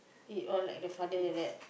eat all like the father like that